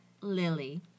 Lily